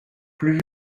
plus